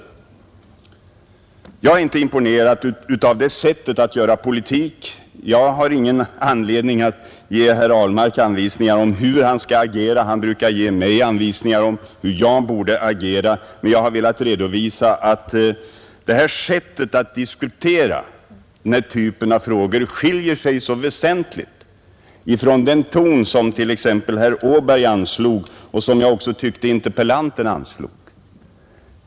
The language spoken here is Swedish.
Jag är inte imponerad av det sättet att göra politik. Jag har ingen anledning att ge herr Ahlmark anvisningar om hur han skall agera, även om han brukar ge mig anvisningar om hur jag borde agera. Men jag har velat redovisa att det här sättet att diskutera denna typ av frågor skiljer sig väsentligt från den ton som t.ex. herr Åberg och interpellanten anslog.